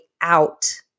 out